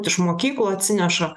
iš mokyklų atsineša